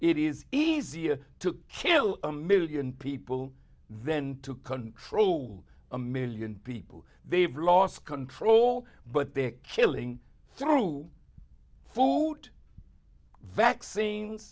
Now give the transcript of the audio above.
it is easier to kill a million people then to control a million people they've lost control but they're killing through food vaccines